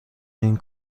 این